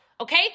Okay